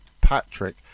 patrick